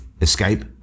escape